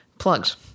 plugs